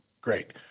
Great